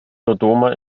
dodoma